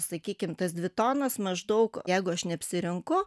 sakykime tas dvi tonas maždaug jeigu aš neapsirinku